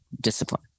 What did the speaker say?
discipline